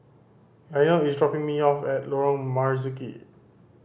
Lionel is dropping me off at Lorong Marzuki